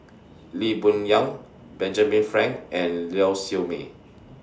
Lee Boon Yang Benjamin Frank and Lau Siew Mei